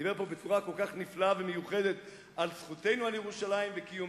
דיבר פה בצורה כל כך נפלאה ומיוחדת על זכותנו על ירושלים וקיומנו.